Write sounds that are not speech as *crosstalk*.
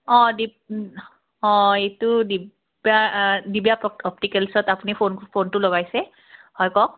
অঁ *unintelligible* অঁ এইটো দিব্যা দিব্যা অপ্টিকেলছত আপুনি ফোন ফোনটো লগাইছে হয় কওক